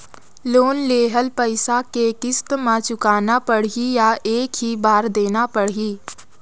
Loan लेहल पइसा के किस्त म चुकाना पढ़ही या एक ही बार देना पढ़ही?